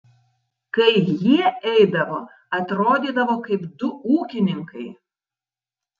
kai jie eidavo atrodydavo kaip du ūkininkai